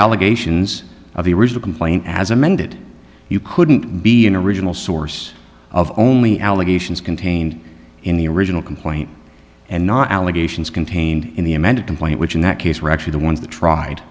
allegations of the original complaint as amended you couldn't be an original source of only allegations contained in the original complaint and not allegations contained in the amended complaint which in that case were actually the ones th